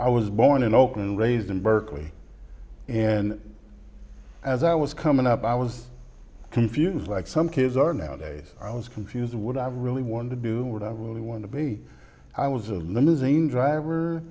i was born in oakland raised in berkeley and as i was coming up i was confused like some kids are now days i was confused what i really wanted to do what i would want to be i was a limousine driver